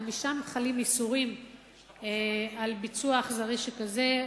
גם משם חלים איסורים על ביצוע אכזרי שכזה,